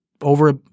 over –